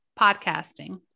podcasting